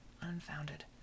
unfounded